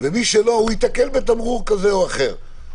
ומי שלא - ייתקל בתמרור כזה או אחר.